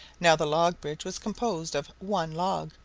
now, the log-bridge was composed of one log,